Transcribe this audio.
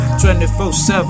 24-7